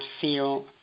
feel